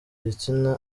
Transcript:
gitsina